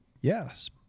Yes